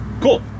Cool